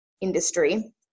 industry